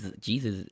Jesus